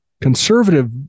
conservative